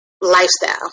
lifestyle